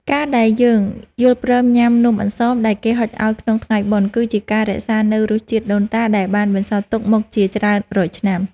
ការដែលយើងយល់ព្រមញ៉ាំនំអន្សមដែលគេហុចឱ្យក្នុងថ្ងៃបុណ្យ គឺជាការរក្សានូវរសជាតិដូនតាដែលបានបន្សល់ទុកមកជាច្រើនរយឆ្នាំ។